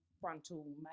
frontal